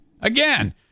Again